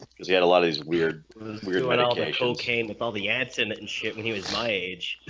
he had a lot of he's weird weird like okay so okay and with all the aunts and and shit when he was my age